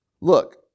Look